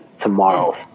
tomorrow